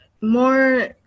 more